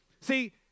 See